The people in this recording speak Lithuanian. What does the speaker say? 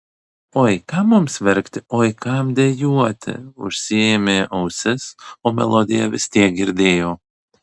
oi kam mums verkti oi kam dejuoti užsiėmė ausis o melodiją vis tiek girdėjo